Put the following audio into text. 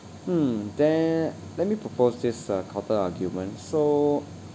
mm then let me propose this uh counter argument so